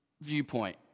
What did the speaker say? viewpoint